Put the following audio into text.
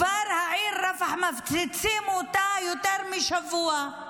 העיר רפיח, כבר מפציצים אותה יותר משבוע.